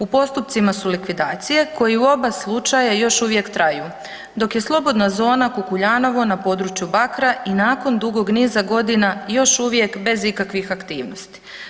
U postupcima su likvidacije koje u oba slučaja još uvijek traju, dok je Slobodna zona Kukuljanovo na području Bakra i nakon dugog niza godina još uvijek bez ikakvih aktivnosti.